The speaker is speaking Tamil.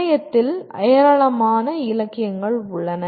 இணையத்தில் ஏராளமான இலக்கியங்கள் உள்ளன